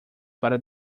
para